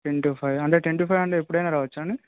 ten to ఫైవా ten to five అంటే ఎప్పుడైనా రావచ్చా అండి